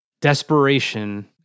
Desperation